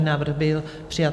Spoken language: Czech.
Návrh byl přijat.